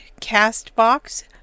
Castbox